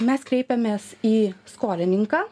mes kreipiamės į skolininką